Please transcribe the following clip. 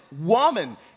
woman